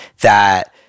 that-